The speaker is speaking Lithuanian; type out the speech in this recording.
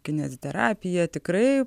kineziterapija tikrai